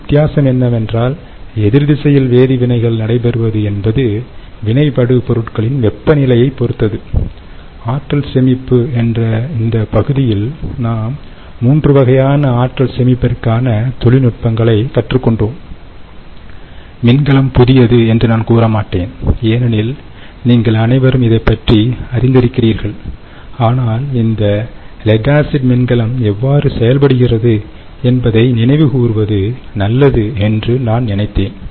ஒரு வித்தியாசம் என்னவென்றால் எதிர் திசையில் வேதிவினைகள் நடைபெறுவது என்பது வினைபடு பொருட்களின் வெப்பநிலையில் பொருத்தது ஆற்றல் சேமிப்பு என்ற இந்த பகுதியில் நாம் மூன்றுவகையான ஆற்றல் சேமிப்பிற்கான தொழில்நுட்பங்களை கற்றுக் கொண்டோம் மின்கலம் புதியது என்று நான் கூறமாட்டேன் ஏனெனில் நீங்கள் அனைவரும் இதைப் பற்றி அறிந்திருக்கிறீர்கள் ஆனால் இந்த லெட் ஆசிட் மின்கலம் எவ்வாறு செயல்படுகிறது என்பதை நினைவு கூறுவது நல்லது என்று நான் நினைத்தேன்